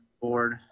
board